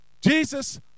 Jesus